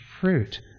fruit